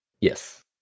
Yes